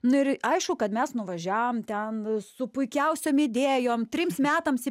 nu ir aišku kad mes nuvažiavom ten su puikiausiom idėjom trims metams į